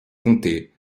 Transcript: comté